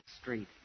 street